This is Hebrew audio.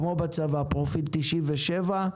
כמו בצבא, פרופיל 97,